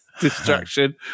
distraction